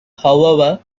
however